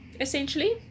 essentially